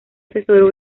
asesoró